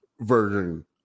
version